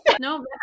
no